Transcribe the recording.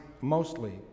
mostly